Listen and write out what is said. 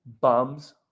Bums